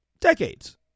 decades